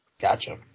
Gotcha